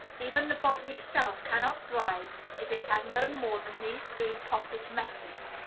even the body itself cannot thrive if it has no more than these three pottage messes!